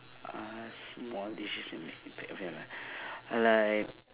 uh small decision okay okay like